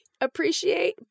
appreciate